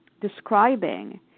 describing